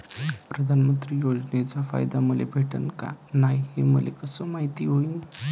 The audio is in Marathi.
प्रधानमंत्री योजनेचा फायदा मले भेटनं का नाय, हे मले कस मायती होईन?